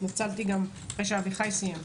התנצלתי גם אחרי שאביחי סיים לדבר.